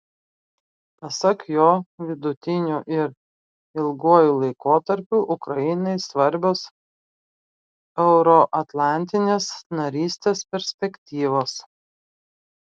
pasak jo vidutiniu ir ilguoju laikotarpiu ukrainai svarbios euroatlantinės narystės perspektyvos